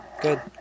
Good